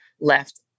left